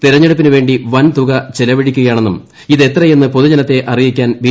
തെരഞ്ഞെടുപ്പി നുവേണ്ടി വൻതുക ചെലവഴിക്കുകയാണെന്നും ഇതെത്രയാണെന്ന് പൊതു ജനത്തെ അറിയിക്കാൻ ബി